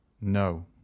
No